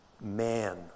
man